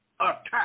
attack